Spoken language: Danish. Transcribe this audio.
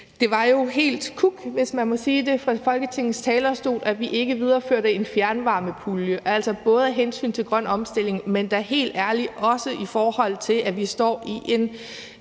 det fra Folketingets talerstol, at vi ikke videreførte en fjernvarmepulje, altså både af hensyn til grøn omstilling, men da helt ærligt også, i forhold til at vi står i en